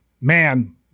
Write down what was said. man